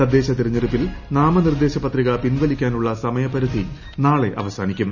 തദ്ദേശ തെരഞ്ഞെടുപ്പിൽ നാമനിർദ്ദേശ പത്രിക പിൻവലിക്കാനുള്ള സമയ്പരിധി നാളെ അവസാനിക്കും